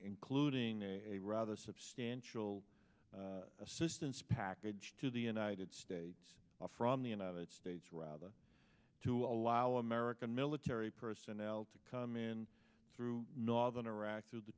including a rather substantial assistance package to the united states from the united states rather to allow american military personnel to come in through northern iraq through the